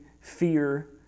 fear